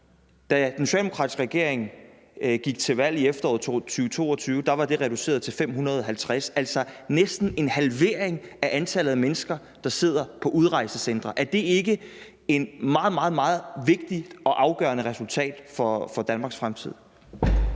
da den socialdemokratiske regering gik til valg i efteråret 2022, var det reduceret til 550? Altså, det er mere end en halvering af antallet af mennesker, der sidder på udrejsecentre. Er det ikke et meget, meget vigtigt og afgørende resultat i forhold til Danmarks fremtid?